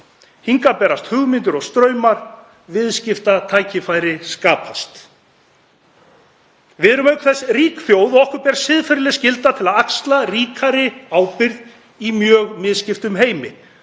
Hingað berast hugmyndir og straumar og viðskiptatækifæri skapast. Við erum auk þess rík þjóð og okkur ber siðferðileg skylda til að axla ríkari ábyrgð í mjög misskiptum heimi,